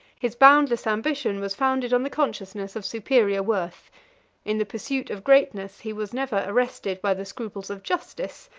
his boundless ambition was founded on the consciousness of superior worth in the pursuit of greatness, he was never arrested by the scruples of justice,